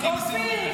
תעבירי,